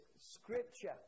scripture